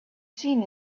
seen